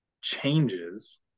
changes